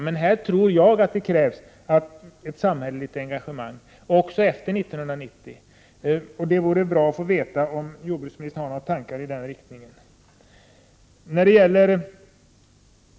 Där tror jag att det krävs ett samhälleligt engagemang också efter 1990. Det vore värdefullt att få veta om jordbruksministern har tankar i den riktningen.